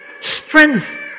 Strength